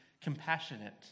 compassionate